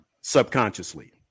subconsciously